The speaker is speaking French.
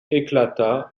éclata